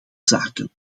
zaken